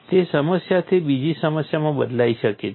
તે સમસ્યાથી બીજી સમસ્યામાં બદલાઈ શકે છે